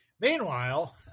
Meanwhile